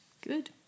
Good